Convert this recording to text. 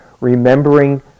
Remembering